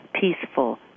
peaceful